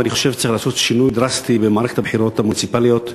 ואני חושב שצריך לעשות שינוי דרסטי במערכת הבחירות המוניציפליות.